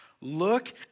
look